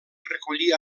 recollir